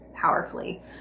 powerfully